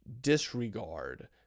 disregard